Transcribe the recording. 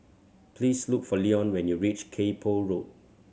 please look for Leon when you reach Kay Poh Road